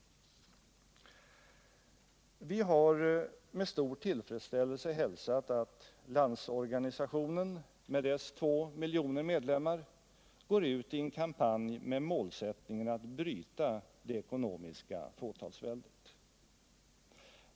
Vi har med stor tillfredsställelse hälsat att Landsorganisationen, med dess två miljoner medlemmar, går ut i en kampanj med målsättningen att bryta det ekonomiska fåtalsväldet.